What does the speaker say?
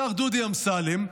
השר דודי אמסלם,